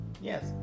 Yes